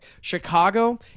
Chicago